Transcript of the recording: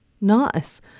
Nice